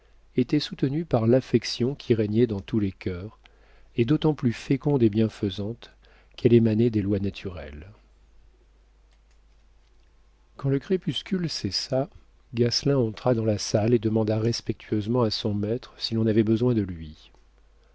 était soutenue par l'affection qui régnait dans tous les cœurs et d'autant plus féconde et bienfaisante qu'elle émanait des lois naturelles quand le crépuscule cessa gasselin entra dans la salle et demanda respectueusement à son maître si l'on avait besoin de lui